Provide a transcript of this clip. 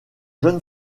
jeune